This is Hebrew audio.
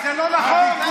מה, זה לא נכון?